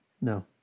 No